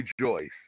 rejoice